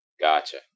gotcha